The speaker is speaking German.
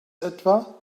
etwa